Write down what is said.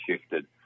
shifted